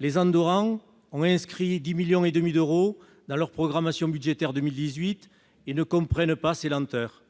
Les Andorrans ont inscrit 10,5 millions d'euros dans leur programmation budgétaire de 2018 et ne comprennent pas ces lenteurs.